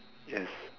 yes